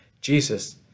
Jesus